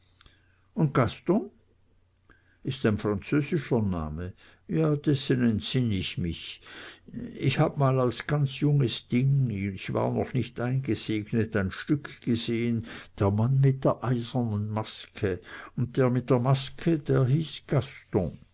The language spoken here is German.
und gaston ist ein französischer name ja dessen entsinn ich mich ich habe mal als ein ganz junges ding und ich war noch nicht eingesegnet ein stück gesehn der mann mit der eisernen maske und der mit der maske der hieß